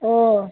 ஓ